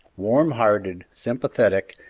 warm-hearted, sympathetic,